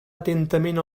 atentament